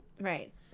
Right